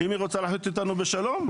ואם היא רוצה לחיות אתנו בשלום,